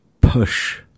push